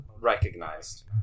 recognized